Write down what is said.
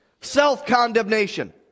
self-condemnation